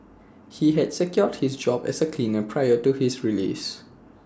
he had secured his job as A cleaner prior to his release